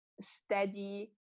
steady